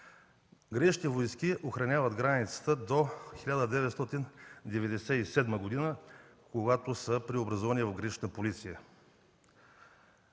Гранични войски охраняват границата до 1997 г., когато са преобразувани в Гранична полиция.